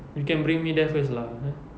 you can bring me there first lah eh